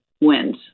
wins